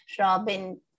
Robin